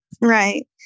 Right